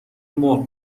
مرغ